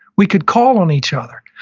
we could call on each other.